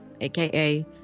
aka